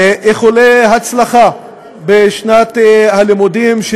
איחולי הצלחה בשנת הלימודים.